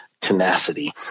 tenacity